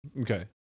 Okay